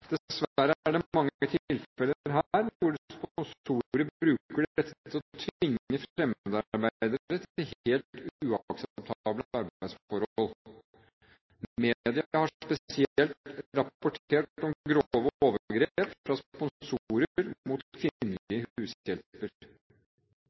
Dessverre er det mange tilfeller her hvor sponsorer bruker dette til å tvinge fremmedarbeidere til helt uakseptable arbeidsforhold. Media har spesielt rapportert om grove overgrep fra sponsorer mot